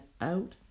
out